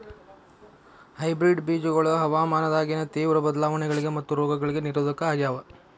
hybrid ಬೇಜಗೊಳ ಹವಾಮಾನದಾಗಿನ ತೇವ್ರ ಬದಲಾವಣೆಗಳಿಗ ಮತ್ತು ರೋಗಗಳಿಗ ನಿರೋಧಕ ಆಗ್ಯಾವ